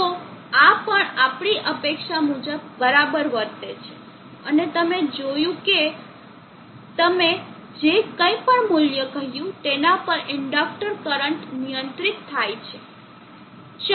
તો આ પણ આપણી અપેક્ષા મુજબ બરાબર વર્તે છે અને તમે જોયું કે તમે જે કંઈ પણ મૂલ્ય કહ્યું તેના પર ઇન્ડક્ટર કરંટ નિયંત્રિત થાય છે